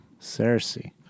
Cersei